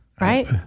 Right